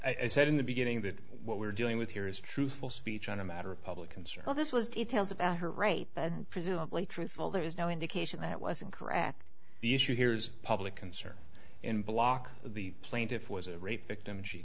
i said in the beginning that what we're dealing with here is truthful speech on a matter of public concern all this was details about her rape but presumably truthful there is no indication that was incorrect the issue here is public concern and block the plaintiff was a rape victim she